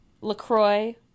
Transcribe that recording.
LaCroix